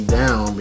down